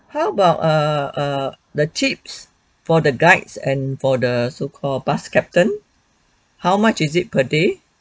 how about err err the tips for the guides and for the so called bus captain how much is it per day